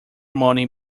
money